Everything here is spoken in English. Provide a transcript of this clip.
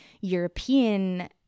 European